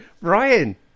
ryan